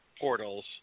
portals